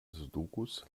sudokus